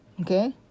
okay